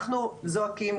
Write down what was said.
אנחנו זועקים,